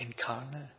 incarnate